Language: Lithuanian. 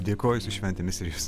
dėkoju su šventėmis ir jus